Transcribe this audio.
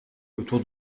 autour